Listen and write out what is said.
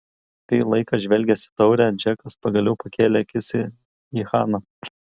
kurį laiką žvelgęs į taurę džekas pagaliau pakėlė akis į haną